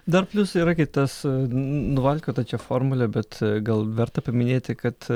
dar plius yra kaip tas nuvalkiota čia formulė bet gal verta paminėti kad